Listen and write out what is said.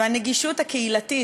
והנגישות הקהילתית,